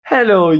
Hello